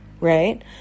right